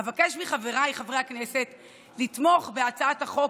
אבקש מחבריי חברי הכנסת לתמוך בהצעת החוק